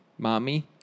Mommy